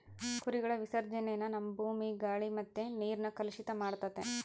ಕುರಿಗಳ ವಿಸರ್ಜನೇನ ನಮ್ಮ ಭೂಮಿ, ಗಾಳಿ ಮತ್ತೆ ನೀರ್ನ ಕಲುಷಿತ ಮಾಡ್ತತೆ